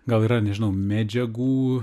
gal yra nežinau medžiagų